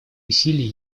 усилий